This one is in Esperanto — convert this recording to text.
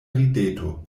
rideto